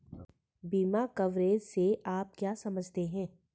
बीमा कवरेज से आप क्या समझते हैं?